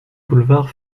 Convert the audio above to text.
boulevard